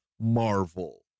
Marvel